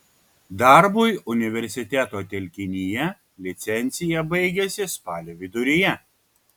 darbui universiteto telkinyje licencija baigiasi spalio viduryje